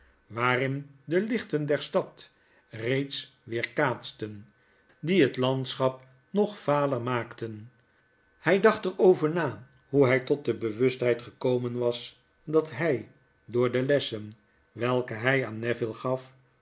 waarin de lichten der stad reeds weerkaatsten die het landschap nog vader maakten hij dacht er over na hoe hij tot de bewustheid gekomen was dat hij door delessen welke hij aan neville gaf